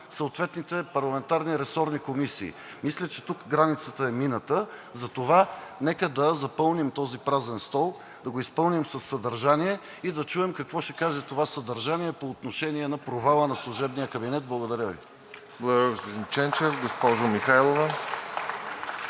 съответните парламентарни ресорни комисии. Мисля, че тук границата е мината, затова нека да запълним този празен стол, да го изпълним със съдържание и да чуем какво ще каже това съдържание по отношение на провала на служебния кабинет. (Смях. Ръкопляскания от „Продължаваме